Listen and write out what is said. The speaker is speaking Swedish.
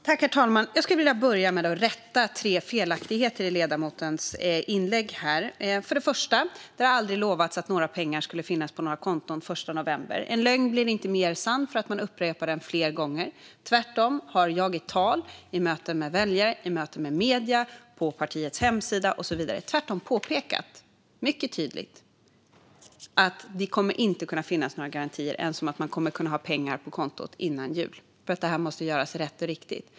Herr talman! Jag skulle vilja börja med att rätta tre felaktigheter i ledamotens inlägg. För det första har det aldrig lovats att några pengar skulle finnas på några konton den 1 november. En lögn blir inte mer sann för att man upprepar den flera gånger. Tvärtom har jag i tal, i möten med väljare, i möten med medier, på partiets hemsida och så vidare mycket tydligt påpekat att det inte kommer att kunna finnas några garantier ens för att man kommer att kunna ha pengarna på kontot innan jul. Detta måste nämligen göras rätt och riktigt.